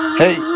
hey